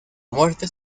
muerte